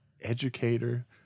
educator